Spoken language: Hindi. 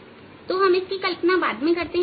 इसलिए हम इसकी कल्पना बाद में करते हैं